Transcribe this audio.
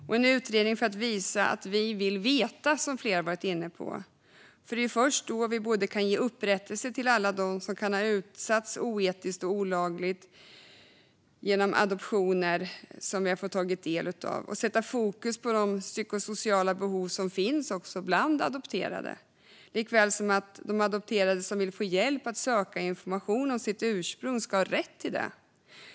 Det är en utredning för att visa att vi vill veta, som flera varit inne på. Det är först då vi kan ge upprättelse till alla som kan ha utsatts för oetiska och olagliga adoptioner och sätta fokus på de psykosociala behov som finns bland adopterade. Likaså ska de adopterade som vill få hjälp att söka information om sitt ursprung ha rätt till det.